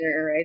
right